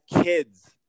kids